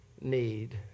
need